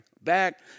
Back